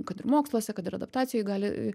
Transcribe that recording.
kad ir moksluose kad ir adaptacijoj gali